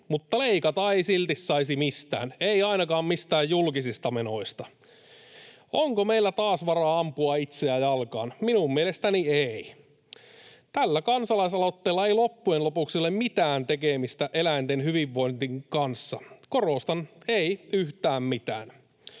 mutta leikata ei silti saisi mistään, ei ainakaan mistään julkisista menoista. Onko meillä taas varaa ampua itseämme jalkaan? Minun mielestäni ei. Tällä kansalaisaloitteella ei loppujen lopuksi ole mitään tekemistä eläinten hyvinvoinnin kanssa. Korostan: ei yhtään mitään.